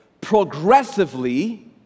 progressively